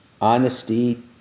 honesty